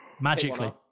Magically